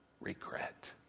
regret